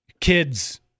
kids